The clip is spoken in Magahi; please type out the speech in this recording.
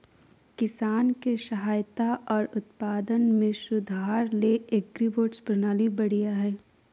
किसान के सहायता आर उत्पादन में सुधार ले एग्रीबोट्स प्रणाली बढ़िया हय